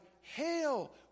Hail